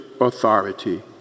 authority